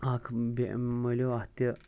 اَکھ بیٚیہِ مٔلیو اَتھ تہِ